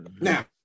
Now